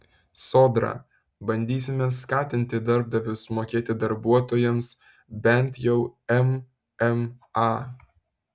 sodra bandysime skatinti darbdavius mokėti darbuotojams bent jau mma